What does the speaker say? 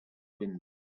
wind